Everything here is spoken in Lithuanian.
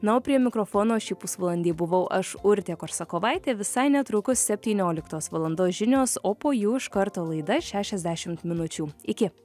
na o prie mikrofono šį pusvalandį buvau aš urtė korsakovaitė visai netrukus septynioliktos valandos žinios o po jų iš karto laida šešiasdešimt minučių iki